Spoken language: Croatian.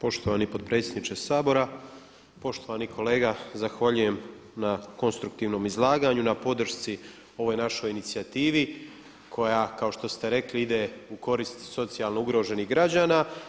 Poštovani potpredsjedniče Sabora, poštovani kolega zahvaljujem na konstruktivnom izlaganju, na podršci ovoj našoj inicijativi koja kao što ste rekli ide u korist socijalno ugroženih građana.